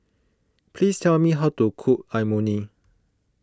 please tell me how to cook Imoni